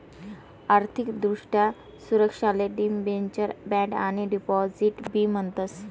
आर्थिक दृष्ट्या सुरक्षाले डिबेंचर, बॉण्ड आणि डिपॉझिट बी म्हणतस